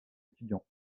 étudiant